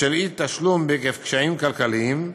בשל אי-תשלום עקב קשיים כלכליים,